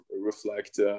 reflect